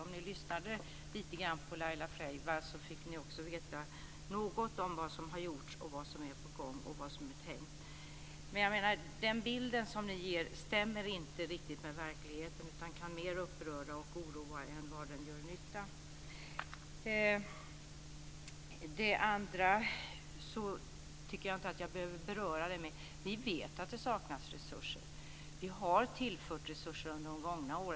Den som lyssnade lite grann på Laila Freivalds fick veta något om vad som har gjorts, vad som är på gång och vad som är tänkt, men den bild som ni ger stämmer inte riktigt med verkligheten utan kan mera uppröra och oroa än göra nytta. Den andra frågan tycker jag inte att jag behöver beröra. Vi vet att det saknas resurser. Det har tillförts resurser under många år.